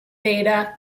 theta